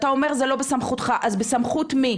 אתה אומר שזה לא בסמכותך, אז בסמכות מי?